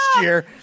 year